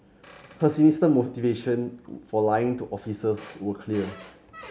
her sinister motivation for lying to officers were clear